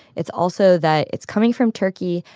it's also that it's coming from turkey.